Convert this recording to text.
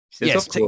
yes